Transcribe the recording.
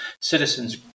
citizens